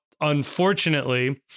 unfortunately